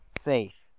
faith